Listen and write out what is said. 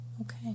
Okay